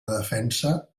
defensa